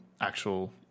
actual